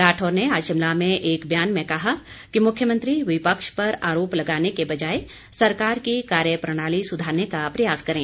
राठौर ने आज शिमला में एक बयान में कहा कि मुख्यमंत्री विपक्ष पर आरोप लगाने के बजाय सरकार की कार्यप्रणाली सुधारने का प्रयास करें